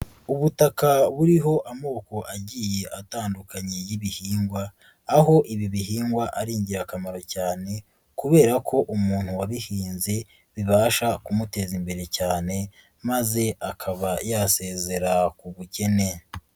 Ubutaka buriho amoko agiye atandukanye y'ibihingwa, aho ibi bihingwa ari ingirakamaro cyane kubera ko umuntu wabihinze bibasha kumuteza imbere cyane, maze akaba yasezera ku bukene.